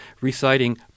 reciting